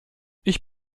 ich